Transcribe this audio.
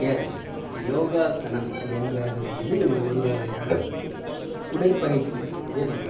S யோகாசனம் என்பது வந்து ஒரு வகையான உடற்பயிற்சினு சொல்லலாம்